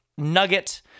Nugget